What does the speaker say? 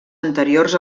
anteriors